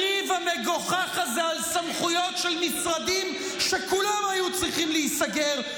הריב המגוחך הזה על סמכויות של משרדים שכולם היו צריכים להיסגר,